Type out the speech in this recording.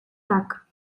tak